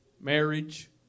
marriage